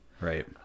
Right